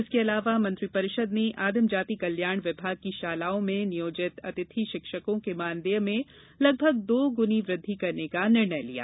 इसके अलावा मंत्रि परिषद ने आदिम जाति कल्याण विभाग की शालाओं में नियोजित अतिथि शिक्षकों के मानदेय में लगभग दो गुनी वृद्धि करने का निर्णय लिया